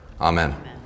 Amen